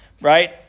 right